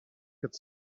could